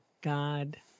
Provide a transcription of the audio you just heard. God